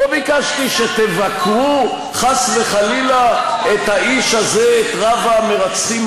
מי שממנה את ליברמן לשר ביטחון,